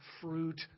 fruit